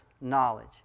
knowledge